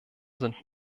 sind